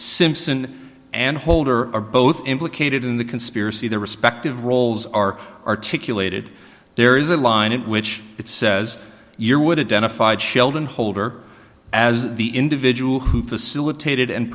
simpson and holder are both implicated in the conspiracy their respective roles are articulated there is a line in which it says your would have done a five sheldon holder as the individual who facilitated and